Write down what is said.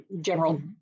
general